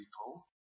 people